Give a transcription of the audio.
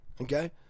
okay